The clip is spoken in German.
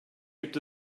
gibt